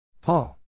Paul